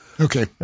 Okay